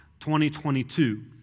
2022